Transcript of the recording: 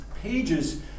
pages